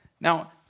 Now